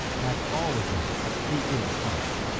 at all events, he is honest.